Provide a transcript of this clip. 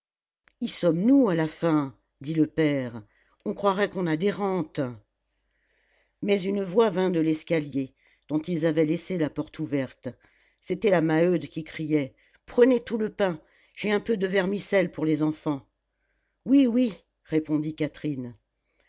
y sommes-nous à la fin dit le père on croirait qu'on a des rentes mais une voix vint de l'escalier dont ils avaient laissé la porte ouverte c'était la maheude qui criait prenez tout le pain j'ai un peu de vermicelle pour les enfants oui oui répondit catherine